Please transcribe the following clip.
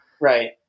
Right